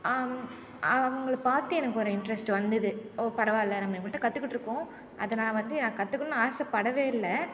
அவங்களை பார்த்து எனக்கு ஒரு இன்ட்ரெஸ்ட் வந்துது ஓ பரவாயில்ல நம்ம இவங்கள்கிட்ட கற்றுகிட்ருக்கோம் அதை நான் வந்து நான் கற்றுக்கணுனு ஆசைப்படவே இல்லை